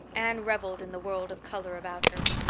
anne reveled in the world of color about her.